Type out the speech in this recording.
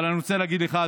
אבל אני רוצה להגיד לך,